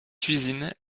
cuisine